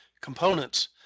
components